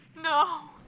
No